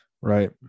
Right